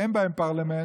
אין בהן פרלמנט